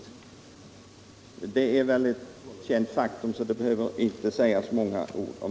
Det är väl ett känt faktum, som det inte behöver sägas många ord om.